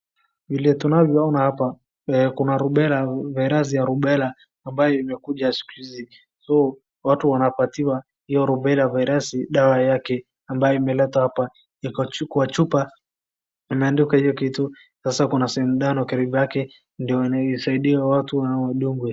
Vile tunavyoona hapa kuna rubela, vairasi ya rubela ambayo imekuja siku hizi, watu wanapatiwa hiyo rubela vairasi dawa yake ambayo imeletwa hapa kwa chupa imeandikwa hiyo kitu sasa kuna sindano karibu yake ndo inasaidia watu wadungwe.